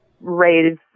raise